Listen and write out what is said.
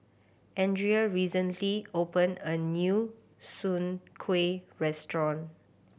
Andrea recently opened a new Soon Kueh restaurant